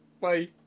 bye